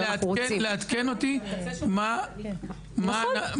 נכון,